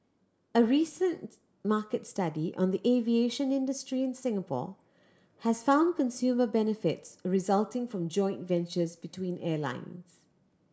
a recent market study on the aviation industry in Singapore has found consumer benefits resulting from joint ventures between airlines